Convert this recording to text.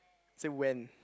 say when